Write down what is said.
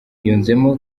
yunzemo